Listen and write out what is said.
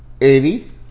eighty